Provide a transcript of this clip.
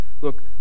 Look